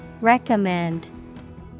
Recommend